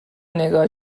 نگاه